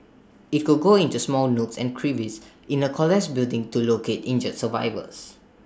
IT could go into small nooks and crevices in A collapsed building to locate injured survivors